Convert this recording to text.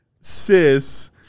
sis